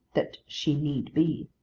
that she need be.